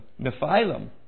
Nephilim